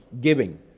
giving